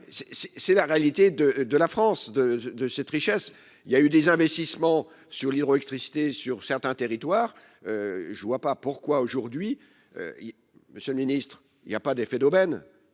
c'est la réalité de de la France de de cette richesse, il y a eu des investissements sur l'hydroélectricité sur certains territoires, je ne vois pas pourquoi aujourd'hui, Monsieur le Ministre, il y a pas d'effet d'aubaine,